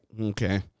okay